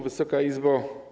Wysoka Izbo!